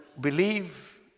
believe